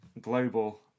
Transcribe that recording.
global